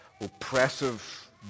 oppressive